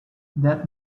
that